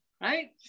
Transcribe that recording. Right